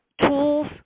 tools